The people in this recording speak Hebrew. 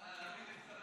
אה, להאמין לכולם?